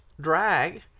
drag